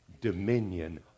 dominion